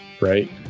right